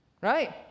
Right